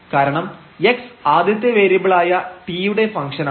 കാരണം x ആദ്യത്തെ വേരിയബിളായ t യുടെ ഫംഗ്ഷനാണ്